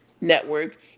network